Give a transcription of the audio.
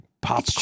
pop